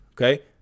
okay